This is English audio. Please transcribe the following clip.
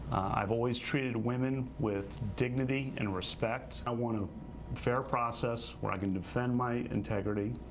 i have always treated women with dignity and respect. i want a fair process where i can defend my integrity.